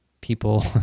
people